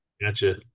Gotcha